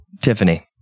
Tiffany